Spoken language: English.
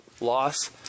loss